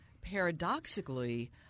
paradoxically